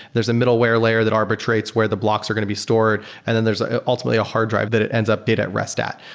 there's a middleware layer that arbitrates where the blocks are going to be stored, and then there's a ultimately a hard drive that it ends up data at rest at.